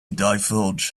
divulge